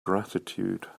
gratitude